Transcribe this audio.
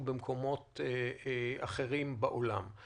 שקרו במקומות אחרים בעולם.